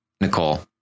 Nicole